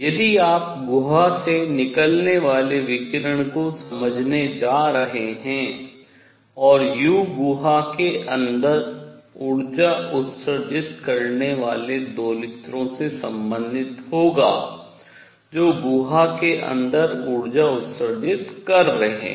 यदि आप गुहा से निकलने वाले विकिरण को समझने जा रहे हैं और u गुहा के अंदर ऊर्जा उत्सर्जित करने वाले दोलित्रों से संबंधित होगा जो गुहा के अंदर ऊर्जा उत्सर्जित कर रहे हैं